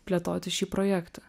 plėtoti šį projektą